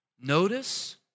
notice